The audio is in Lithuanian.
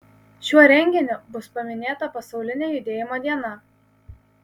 šiuo renginiu bus paminėta pasaulinė judėjimo diena